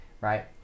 right